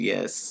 Yes